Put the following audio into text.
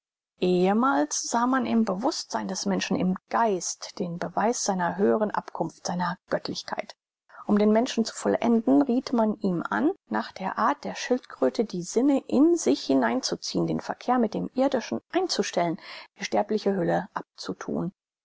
ehemals sah man im bewußtsein des menschen im geist den beweis seiner höheren abkunft seiner göttlichkeit um den menschen zu vollenden rieth man ihm an nach der art der schildkröte die sinne in sich hineinzuziehn den verkehr mit dem irdischen einzustellen die sterbliche hülle abzuthun